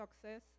success